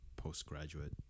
Postgraduate